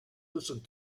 tussen